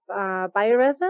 bioresin